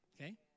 Okay